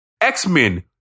X-Men